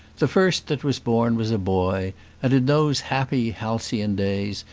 the first that was born was a boy and in those happy halcyon days,